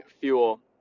fuel